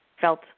felt